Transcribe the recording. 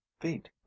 feet